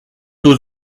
aux